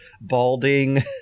balding